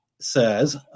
says